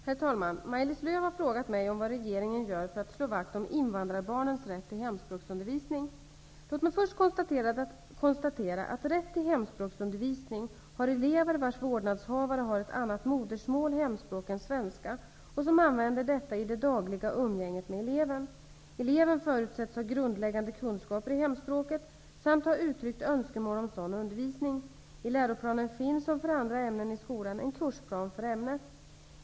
Herr talman! Maj-Lis Lööw har frågat mig om vad regeringen gör för att slå vakt om invandrarbarnens rätt till hemspråksundervisning. Låt mig först konstatera att rätt till hemspråksundervisning har elever vars vårdnadshavare har ett annat modersmål -- hemspråk -- än svenska, och som använder detta i det dagliga umgänget med eleven. Eleven förutsätts ha grundläggande kunskaper i hemspråket samt ha uttryckt önskemål om sådan undervisning. I läroplanen finns, som för andra ämnen i skolan, en kursplan för ämnet.